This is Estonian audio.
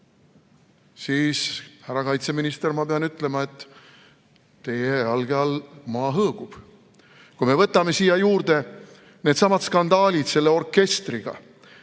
siis, härra kaitseminister, ma pean ütlema, et teie jalge all maa hõõgub. Võtame siia juurde needsamad skandaalid selle orkestriga